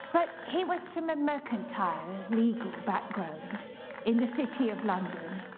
but he was from a mercantile, legal background in the city of london.